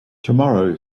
tomorrow